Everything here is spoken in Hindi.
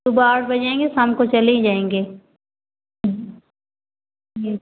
सुबह आठ बजे आएँगे शाम को चले जाएँगे यस